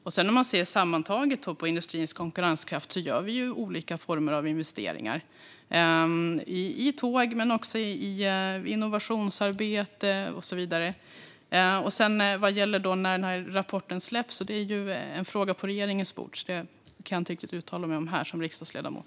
Om man tittar sammantaget på industrins konkurrenskraft ser man att vi gör olika former av investeringar i tåg men också i innovationsarbete och så vidare. När det gäller när denna rapport kommer att släppas är det en fråga som ligger på regeringens bord. Därför kan jag som riksdagsledamot inte uttala mig om detta här.